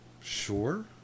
Sure